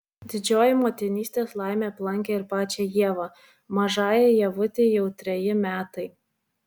didžioji motinystės laimė aplankė ir pačią ievą mažajai ievutei jau treji metai